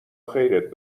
خیرت